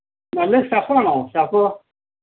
നല്ല സ്റ്റഫാണോ സ്റ്റഫ്